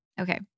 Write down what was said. Okay